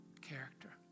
Character